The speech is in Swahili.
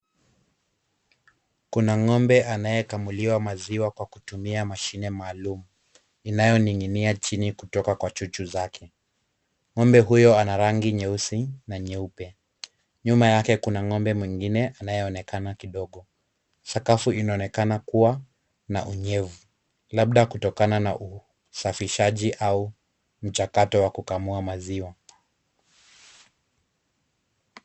Kuna ng'ombe anayekamuliwa wakitumia mashine maalum inayoninginia chini kutoka kwa chuchu yake. Ng'ombe huyo ana rangi nyeusi na nyeupe nyuma yake kuna ngombe mwingine anayeonekana kidogo. Sakafu inaonekana kuwa na unyevu, labda kutokana na usafishaji au mchakato wa kukamua maziwa.